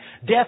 Death